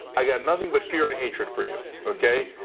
i got nothing but fear and hatred for you. okay,